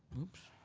oops,